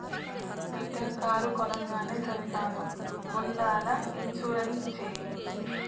బిడ్డా కారు కొనంగానే సరికాదు ముందల ఇన్సూరెన్స్ చేయి